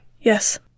Yes